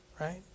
Right